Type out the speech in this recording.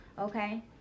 Okay